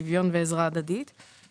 שוויון ועזרה הדדית.